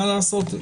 מה לעשות,